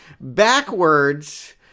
backwards